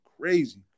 crazy